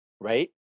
right